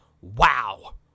Wow